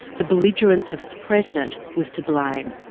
the belligerence of its president was to blame.